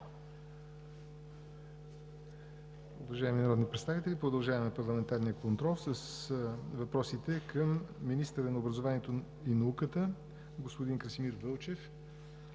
продължаваме парламентарния контрол с въпросите към министъра на образованието и науката господин Красимир Вълчев.